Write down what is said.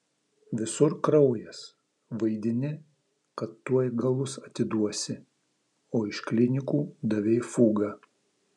visur kraujas vaidini kad tuoj galus atiduosi o iš klinikų davei fugą